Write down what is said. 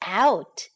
out